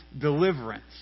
deliverance